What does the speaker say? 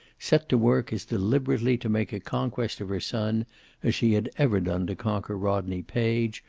set to work as deliberately to make a conquest of her son as she had ever done to conquer rodney page,